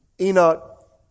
Enoch